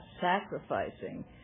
sacrificing